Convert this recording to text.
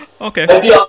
okay